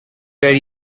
were